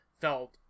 felt